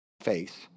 face